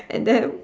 and then